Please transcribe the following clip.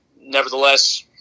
Nevertheless